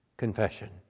Confession